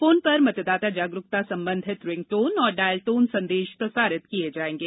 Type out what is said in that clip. phone पर मतदाता जागरूकता संबंधित रिंगटोन एवं डायलटोन संदेश प्रसारित किए जाएंगे